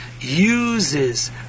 uses